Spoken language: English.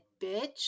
bitch